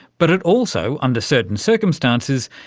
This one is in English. but it also, under certain circumstances,